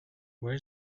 where